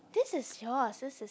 this is yours this is